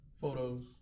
photos